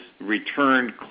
returned